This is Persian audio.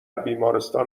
بیمارستان